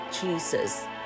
Jesus